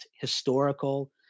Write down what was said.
historical